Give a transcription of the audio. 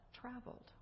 traveled